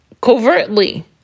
covertly